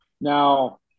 Now